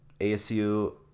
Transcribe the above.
ASU